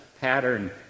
pattern